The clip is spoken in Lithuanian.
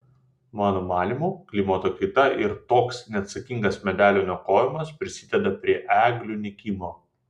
mano manymu klimato kaita ir toks neatsakingas medelių niokojimas prisideda prie eglių nykimo